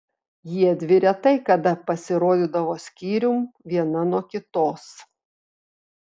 jiedvi retai kada pasirodydavo skyrium viena nuo kitos